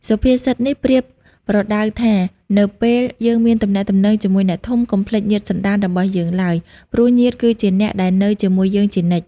សុភាសិតនេះប្រៀនប្រដៅថា នៅពេលយើងមានទំនាក់ទំនងជាមួយអ្នកធំ កុំភ្លេចញាតិសន្តានរបស់យើងឡើយ ព្រោះញាតិគឺជាអ្នកដែលនៅជាមួយយើងជានិច្ច។